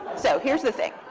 so here's the thing.